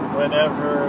Whenever